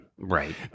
Right